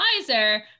advisor